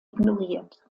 ignoriert